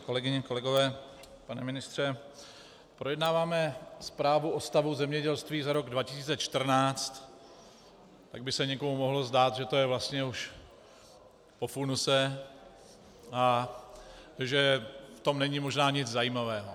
Kolegyně a kolegové, pane ministře, projednáváme zprávu o stavu zemědělství za rok 2014, tak by se někomu mohlo zdát, že je to vlastně už po funuse a že v tom není možná nic zajímavého.